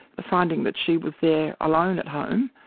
finding that she was there alone at home,